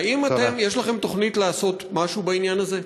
האם יש לכם תוכנית לעשות משהו בעניין הזה?